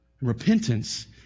Repentance